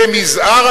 למזער,